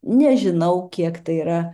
nežinau kiek tai yra